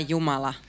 Jumala